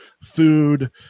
food